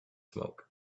smoke